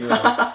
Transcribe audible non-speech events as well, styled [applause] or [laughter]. [laughs]